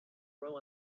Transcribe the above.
grow